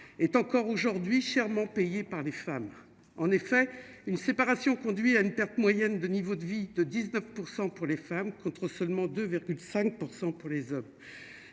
est encore aujourd'hui chèrement payée par les femmes, en effet, une séparation, conduit à une perte moyenne de niveau de vie de 19 % pour les femmes, contre seulement 2 5 % pour les autres,